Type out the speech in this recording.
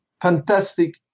fantastic